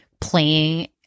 playing